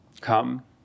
come